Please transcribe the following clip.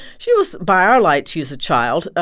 she was by our light, she was a child. ah